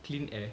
thin air